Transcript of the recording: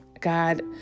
God